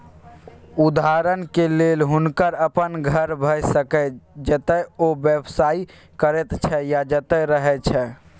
उदहारणक लेल हुनकर अपन घर भए सकैए जतय ओ व्यवसाय करैत छै या जतय रहय छै